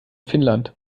finnland